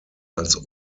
als